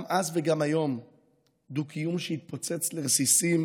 גם אז וגם היום דו-קיום שהתפוצץ לרסיסים